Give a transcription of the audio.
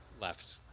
left